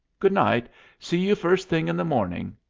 good night see you first thing in the morning.